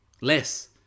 Less